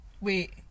Wait